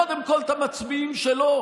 קודם כול את המצביעים שלו,